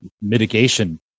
mitigation